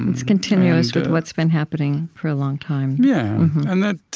it's continuous with what's been happening for a long time yeah, and that